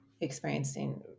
experiencing